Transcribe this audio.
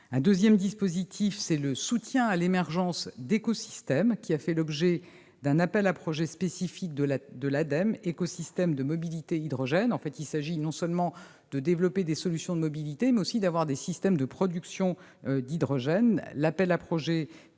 Deuxième dispositif : le soutien à l'émergence d'écosystèmes, qui a fait l'objet d'un appel à projets spécifique de l'ADEME- écosystème de mobilité hydrogène. Il s'agit non seulement de développer des solutions de mobilité, mais aussi de disposer de systèmes de production d'hydrogène. L'appel à projets, lancé en